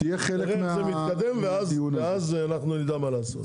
נתחיל, נראה איך נתקדם ואז אנחנו נדע מה לעשות.